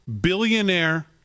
billionaire